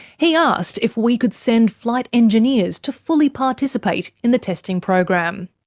he asked if we could send flight engineers to fully participate in the testing program.